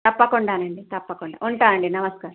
తప్పకుండా అండి తప్పకుండా ఉంటాము అండి నమస్కారం